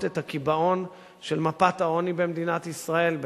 את הקיבעון של מפת העוני במדינת ישראל,